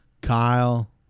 Kyle